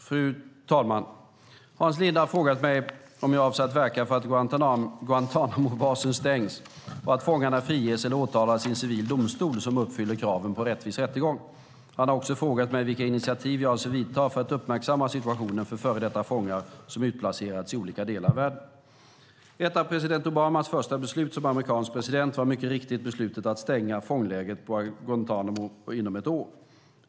Fru talman! Hans Linde har frågat mig om jag avser att verka för att Guantánamobasen stängs och att fångarna friges eller åtalas i en civil domstol som uppfyller kraven på en rättvis rättegång. Han har också frågat mig vilka initiativ jag avser att vidta för att uppmärksamma situationen för före detta fångar som har utplacerats i olika delar av världen. Ett av president Obamas första beslut som amerikansk president var mycket riktigt beslutet att stänga fånglägret på Guantánamo inom ett år.